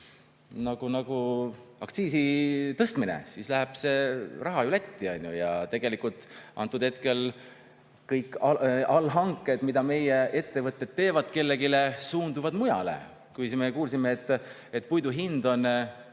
sama nagu aktsiisi tõstmine – siis läheb see raha ju Lätti. Ja tegelikult antud hetkel kõik allhanked, mida meie ettevõtted teevad kellelegi, suunduvad mujale. Kui me kuulsime, et puidu hind on